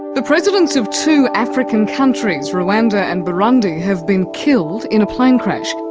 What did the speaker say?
the presidents of two african countries, rwanda and burundi, have been killed in a plane crash.